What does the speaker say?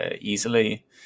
easily